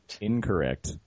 Incorrect